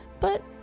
But